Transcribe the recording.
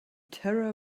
terror